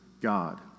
God